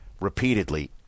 repeatedly